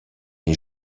les